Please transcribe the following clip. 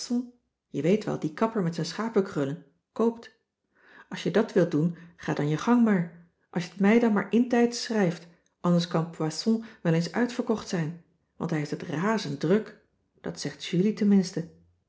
je weet wel dien kapper met zijn schapekrullen koopt als je dat wilt doen ga dan je gang maar als je t mij dan maar intijds schrijft anders kan poison wel eens uitverkocht zijn want hij heeft het razend druk dat zegt julie tenminste